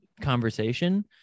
conversation